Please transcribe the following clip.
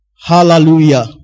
Hallelujah